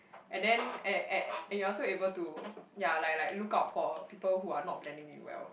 and then a~ a~ and you are also able to like like look out for people who are not blending in well